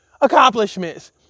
accomplishments